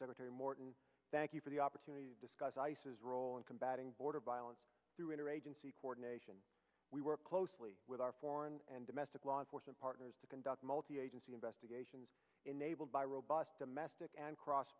secretary morton thank you for the opportunity to discuss ice's role in combating border violence through inner agency coordination we work closely with our foreign and domestic law enforcement partners to conduct a multi agency investigation enabled by robust domestic and cross